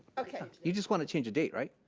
okay. you just wanna change the date, right?